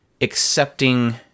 accepting